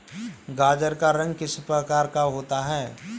गाजर का रंग किस प्रकार का होता है?